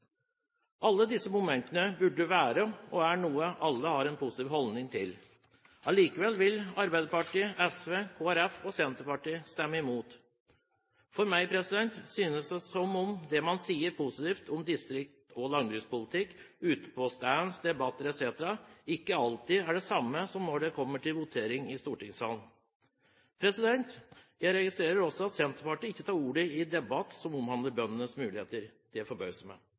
Alle disse momentene er noe alle har en positiv holdning til. Allikevel vil Arbeiderpartiet, SV, Kristelig Folkeparti og Senterpartiet stemme imot. For meg synes det som om det man sier positivt om distrikts- og landbrukspolitikk ute på stands, i debatter etc., ikke alltid er det samme som når det kommer til votering i stortingssalen. Jeg registrerer også at Senterpartiet ikke tar ordet i en debatt som omhandler bøndenes muligheter.